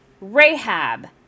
Rahab